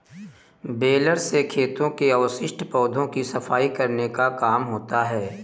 baler से खेतों के अवशिष्ट पौधों की सफाई करने का काम होता है